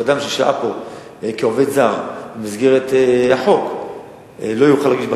שאדם ששהה פה כעובד זר במסגרת החוק לא יוכל להגיש בכלל